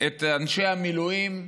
את אנשי המילואים,